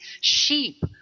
sheep